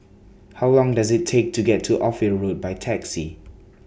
How Long Does IT Take to get to Ophir Road By Taxi